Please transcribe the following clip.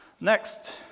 Next